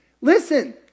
Listen